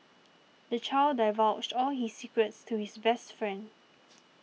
the child divulged all his secrets to his best friend